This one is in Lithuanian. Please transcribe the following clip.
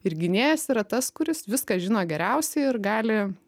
ir gynėjas yra tas kuris viską žino geriausiai ir gali